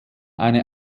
eine